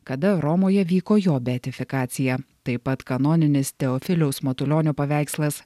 kada romoje vyko jo beatifikacija taip pat kanoninis teofiliaus matulionio paveikslas